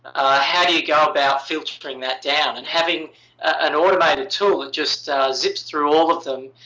how do you go about filtering that down? and having an automated tool just zips through all of them,